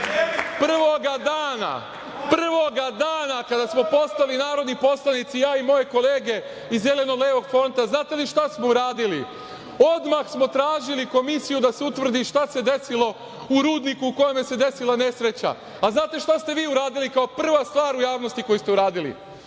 vam kažem, prvoga dana kada smo postali narodni poslanici ja i moje kolege iz Zeleno-levog fronta, znate li šta smo uradili? Odmah smo tražili komisiju da se utvrdi šta se desilo u rudniku u kome se desila nesreća. A, znate li šta ste vi uradili kao prva stvar u javnosti koju ste uradili?